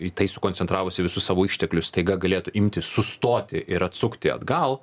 į tai sukoncentravusi visus savo išteklius staiga galėtų imti sustoti ir atsukti atgal